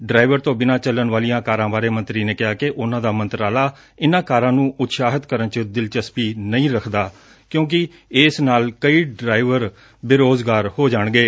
driver ਤੋਂ ਬਿਨਾਂ ਚਲਣ ਵਾਲੀਆਂ ਕਾਰਾਂ ਬਾਰੇ ਮੰਤਰੀ ਨੇ ਕਿਹਾ ਕਿ ਉਨੁਾਂ ਦਾ ਮੰਤਰਾਲਾ ਇਨਾਂ ਕਾਰਾਂ ਨੰ ਉਤਸ਼ਾਹਿਤ ਕਰਨ ਚ ਦਿਲਚਸਪੀ ਨਹੀ ਰੱਖਦਾ ਕਿਉਕਿ ਇਸ ਨਾਲ ਕਈ ਡਰਾਈਵਰ ਬੇਰੁਜ਼ਗਾਰ ਹੋ ਜਾਣਗੇ